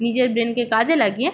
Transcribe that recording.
নিজের ব্রেনকে কাজে লাগিয়ে